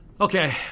Okay